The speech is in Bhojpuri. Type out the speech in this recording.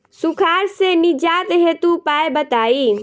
सुखार से निजात हेतु उपाय बताई?